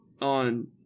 on